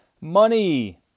Money